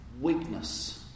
weakness